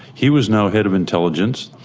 he was now head of intelligence,